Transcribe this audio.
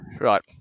right